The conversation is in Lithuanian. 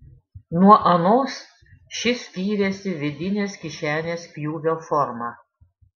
nuo anos ši skyrėsi vidinės kišenės pjūvio forma